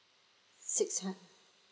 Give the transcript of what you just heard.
six hund~